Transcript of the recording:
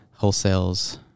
wholesales